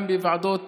גם בוועדות